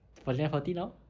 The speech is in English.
forty nine forty now